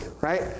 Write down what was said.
right